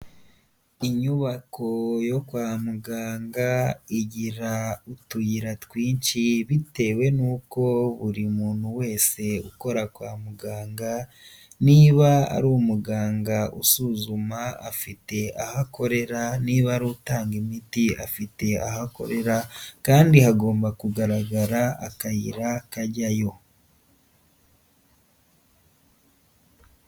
Inyubako yo kwa muganga igira utuyira twinshi bitewe nuko buri muntu wese ukora kwa muganga, niba ari umuganga usuzuma afite aho akorera, niba ari utanga imiti afite aho akorera, kandi hagomba kugaragara akayira kajyayo.